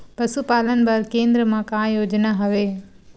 पशुपालन बर केन्द्र म का योजना हवे?